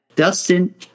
Dustin